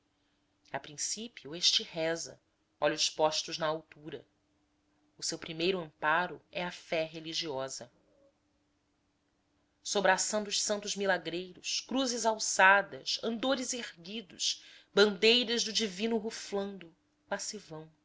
a princípio este reza olhos postos na altura o seu primeiro amparo é a fé religiosa sobraçando os santos milagreiros cruzes alçadas andores erguidos bandeiras do divino ruflando